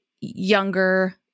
younger